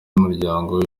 n’umuryango